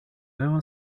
nuevo